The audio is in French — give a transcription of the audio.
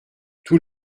tout